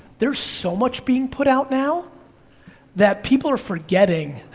there's so much being put out now that people are forgetting,